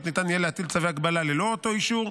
ניתן יהיה להטיל צווי הגבלה ללא אותו אישור.